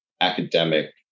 academic